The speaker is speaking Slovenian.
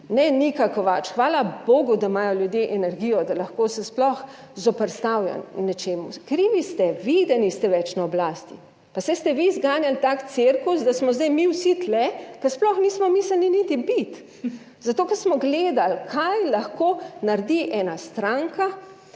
ne Nika Kovač, - hvala bogu, da imajo ljudje energijo, da lahko se sploh zoperstavijo nečemu, - Krivi ste vi, da niste več na oblasti. Pa saj ste vi zganjali tak cirkus, da smo zdaj mi vsi tu, ker sploh nismo mislili niti biti, zato ker smo gledali, kaj lahko naredi ena stranka,